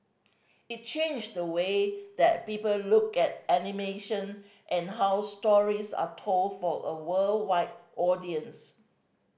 it changed the way that people look at animation and how stories are told for a worldwide audience